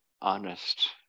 honest